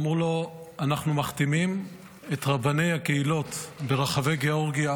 אמרו לו: אנחנו מחתימים את רבני הקהילות ברחבי גאורגיה